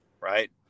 right